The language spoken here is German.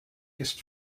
ist